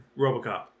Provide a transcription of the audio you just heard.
Robocop